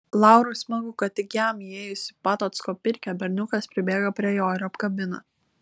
laurui smagu kad tik jam įėjus į patocko pirkią berniukas pribėga prie jo ir apkabina